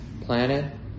planet